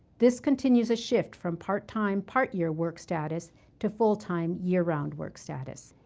this continuous a shift from part time, part year work status to, full-time, year-round work status.